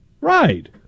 Right